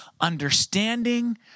understanding